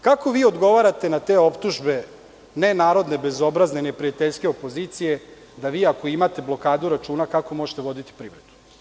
Kako vi odgovarate na te optužbe ne narodne, bezobrazne, neprijateljske opozicije da vi ako imate blokadu računa, kako možete voditi privredu?